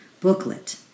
booklet